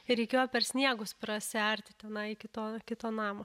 ir reikėjo per sniegus prisiarti tenai iki to to namo